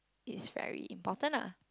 it's very important lah